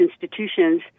institutions